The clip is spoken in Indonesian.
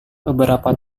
beberapa